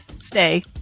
stay